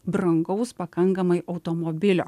brangaus pakankamai automobilio